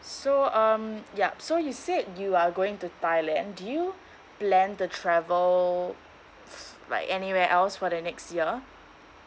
so um yup so you said you are going to thailand do you plan to travel like anywhere else for the next year